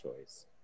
choice